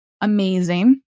Amazing